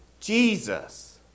Jesus